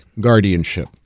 guardianship